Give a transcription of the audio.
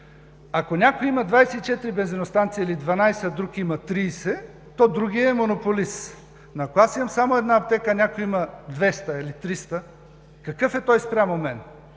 ако някой има 24 бензиностанции или 12, а друг има 30, то другият е монополист. Но ако аз имам само една аптека, а другият има 200 или 300, какъв е той спрямо мен?